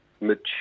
mature